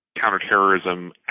counterterrorism